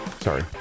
Sorry